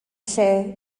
lle